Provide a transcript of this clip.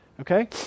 okay